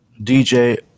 DJ